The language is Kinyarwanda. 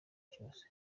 cyose